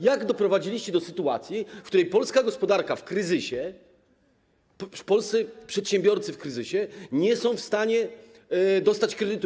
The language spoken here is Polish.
Jak doprowadziliście do sytuacji, w której polska gospodarka jest w kryzysie, a polscy przedsiębiorcy w kryzysie nie są w stanie dostać kredytu?